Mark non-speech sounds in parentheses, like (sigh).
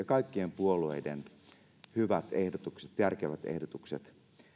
(unintelligible) kaikkien puolueiden hyvät ehdotukset järkevät ehdotukset